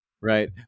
Right